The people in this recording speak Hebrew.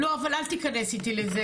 לא, אבל אל תכנס איתי לזה.